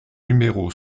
numéro